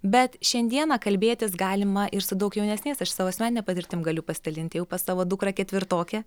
bet šiandieną kalbėtis galima ir su daug jaunesniais aš savo asmenine patirtim galiu pasidalint pas savo dukrą ketvirtokę